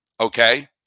Okay